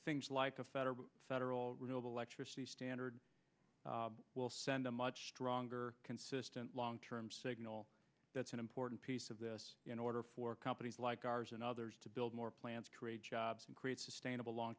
things like a federal federal reserve electricity standard will send a much stronger consistent long term signal that's an important piece of this in order for companies like ours and others to build more plants create jobs and create sustainable long